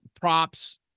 props